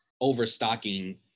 overstocking